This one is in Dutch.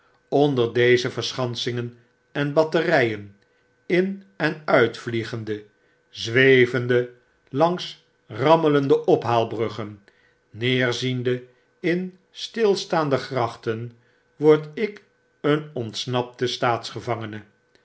onder deze verschansingen en batterijen in en uitvliegende zwevende langs rammelende ophaalbruggen neerziende in stilstaande grachten word ik een ontsnapte